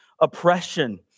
oppression